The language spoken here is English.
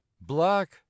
black